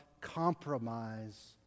compromise